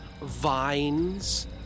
vines